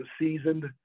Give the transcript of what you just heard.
seasoned